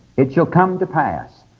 it shall come to pass